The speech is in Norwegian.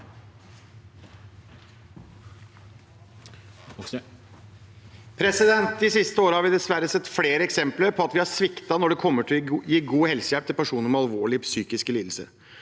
De siste årene har vi dessverre sett flere eksempler på at vi har sviktet når det kommer til å gi god helsehjelp til personer med alvorlige psykiske lidelser.